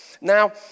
Now